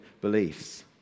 beliefs